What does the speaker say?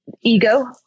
ego